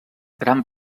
gran